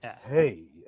Hey